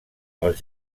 als